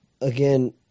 again